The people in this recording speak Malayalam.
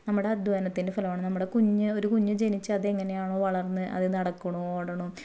നമ്മുടെ അധ്വാനത്തിൻ്റെ ഫലമാണ് നമ്മുടെ കുഞ്ഞ് ഒരു കുഞ്ഞ് ജനിച്ചാൽ അത് എങ്ങനെയാണോ വളർന്ന് അത് നടക്കുന്നു ഓടുന്നു